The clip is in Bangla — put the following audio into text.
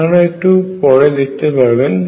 আপনারা এটিকে একটু পরে দেখতে পারবেন